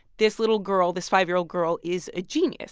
this little girl, this five year old girl, is a genius